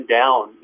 down